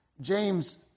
James